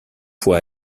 fois